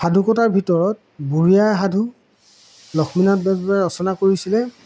সাধুকথাৰ ভিতৰত বুঢ়ি আই সাধু লক্ষ্মীনাথ বেজবৰুৱাই ৰচনা কৰিছিলে